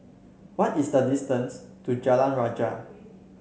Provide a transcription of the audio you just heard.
what is the distance to Jalan Raya